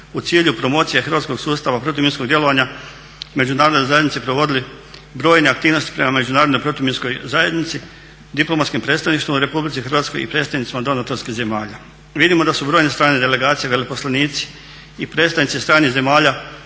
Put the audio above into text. u cilju promocije hrvatskog sustava protuminskog djelovanja međunarodne zajednice provodili brojene aktivnosti prema međunarodnoj protuminskoj zajednici, diplomatskim predstavništvima RH i predstavnicima donatorskih zemalja. Vidimo da su brojne strane delegacije, veleposlanici i predstavnici stranih zemalja